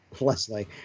Leslie